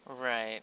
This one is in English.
Right